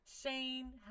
Shane